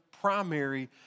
primary